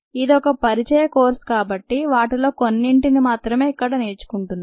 ఇది ఒక పరిచయ కోర్సు కాబట్టి వాటిలో కొన్నింటిని మాత్రమే ఇక్కడ నేర్చుకుంటున్నాం